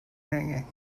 hanging